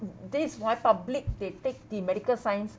this why public they take the medical science